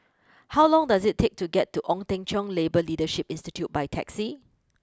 how long does it take to get to Ong Teng Cheong Labour Leadership Institute by taxi